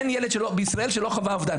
אין ילד בישראל שלא חווה אובדן.